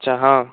अच्छा हां